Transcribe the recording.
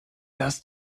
das